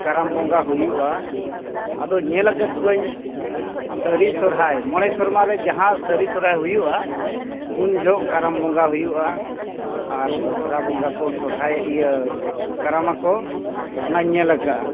ᱠᱟᱨᱟᱢ ᱵᱚᱸᱜᱟ ᱦᱩᱭᱩᱜᱼᱟ ᱟᱫᱚ ᱧᱮᱞ ᱟᱠᱟᱫ ᱠᱚᱣᱟᱧ ᱥᱟᱹᱨᱤ ᱥᱚᱦᱨᱟᱭ ᱢᱚᱬᱮ ᱥᱮᱨᱢᱟ ᱨᱮ ᱡᱟᱦᱟᱸ ᱥᱟᱹᱨᱤ ᱥᱚᱦᱨᱟᱭ ᱦᱩᱭᱩᱜᱼᱟ ᱩᱱ ᱡᱚᱦᱚᱜ ᱠᱟᱨᱟᱢ ᱵᱚᱸᱜᱟ ᱦᱩᱭᱩᱜᱼᱟ ᱟᱨ ᱫᱚᱥᱨᱟ ᱵᱚᱸᱜᱟ ᱠᱚ ᱥᱚᱦᱨᱟᱭ ᱤᱭᱟᱹ ᱠᱟᱨᱟᱢ ᱟᱠᱚ ᱚᱱᱟᱧ ᱧᱮᱞ ᱟᱠᱟᱫᱟ